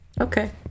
Okay